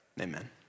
Amen